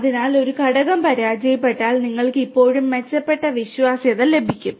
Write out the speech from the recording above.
അതിനാൽ ഒരു ഘടകം പരാജയപ്പെട്ടാൽ നിങ്ങൾക്ക് ഇപ്പോഴും മെച്ചപ്പെട്ട വിശ്വാസ്യത ലഭിക്കും